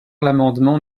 l’amendement